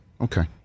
Okay